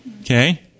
Okay